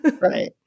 right